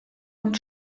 und